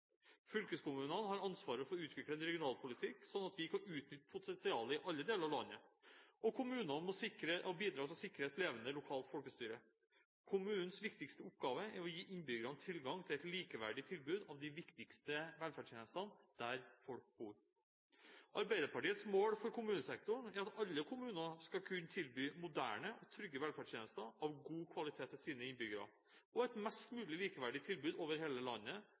Fylkeskommunene har ansvaret for å utvikle en regionalpolitikk sånn at vi kan utnytte potensialet i alle deler av landet. Kommunene må bidra til å sikre et levende lokalt folkestyre. Kommunenes viktigste oppgave er å gi innbyggerne tilgang til et likeverdig tilbud av de viktigste velferdstjenestene der folk bor. Arbeiderpartiets mål for kommunesektoren er at alle kommuner skal kunne tilby moderne og trygge velferdstjenester av god kvalitet til sine innbyggere, og et mest mulig likeverdig tilbud over hele landet,